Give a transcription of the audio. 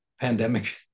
pandemic